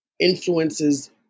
influences